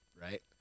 Right